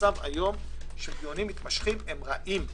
המצב היום של דיונים מתמשכים הם רעים.